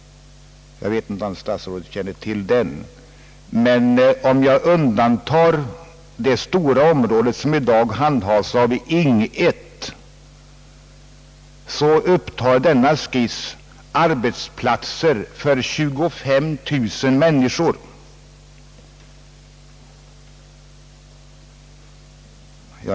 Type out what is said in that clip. Jag vet inte om statsrådet känner till den, men om jag undantar det stora område som i dag disponeras av Ing. 1 upptar denna skiss arbetsplatser för cirka 25 000 människor.